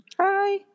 Hi